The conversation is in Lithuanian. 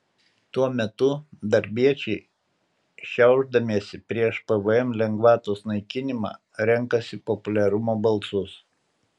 tuo metu darbiečiai šiaušdamiesi prieš pvm lengvatos naikinimą renkasi populiarumo balsus